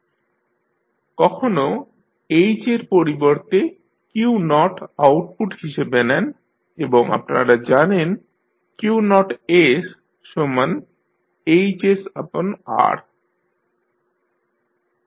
যদি কখনও h এর পরিবর্তে q নট আউটপুট হিসাবে নেন এবং আপনারা জানেন Q0sHR